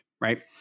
right